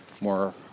more